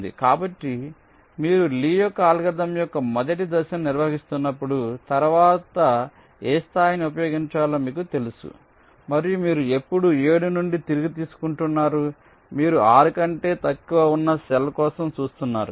కాబట్టి మీరు లీ యొక్క అల్గోరిథం యొక్క మొదటి దశను నిర్వహిస్తున్నప్పుడు తరువాత ఏ స్థాయిని ఉపయోగించాలో మీకు తెలుసు మరియు మీరు ఎప్పుడు 7 నుండి తిరిగి తీసుకుంటున్నారు మీరు 6 కంటే తక్కువ ఉన్న సెల్ కోసం చూస్తున్నారు